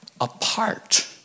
apart